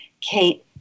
Kate